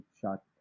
shot